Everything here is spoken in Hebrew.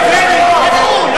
איפה מקיאוולי?